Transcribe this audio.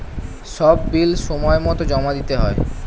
সব বিল সময়মতো জমা দিতে হয়